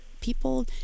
people